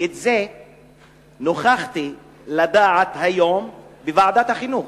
ובזה נוכחתי לדעת היום בוועדת החינוך,